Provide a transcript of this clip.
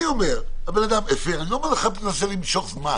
אני אומר שהבן אדם הפר, אני לא מנסה למשוך זמן